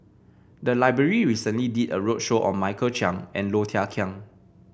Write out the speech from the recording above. the library recently did a roadshow on Michael Chiang and Low Thia Khiang